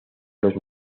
los